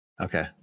Okay